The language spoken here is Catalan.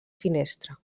finestra